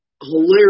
hilarious